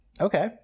okay